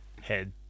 head